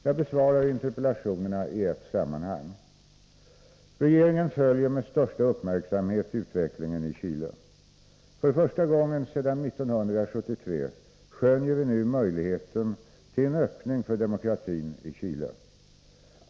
Jag besvarar interpellationerna i ett sammanhang. Regeringen följer med största uppmärksamhet utvecklingen i Chile. För första gången sedan 1973 skönjer vi nu möjligheten till en öppning för demokratin i Chile.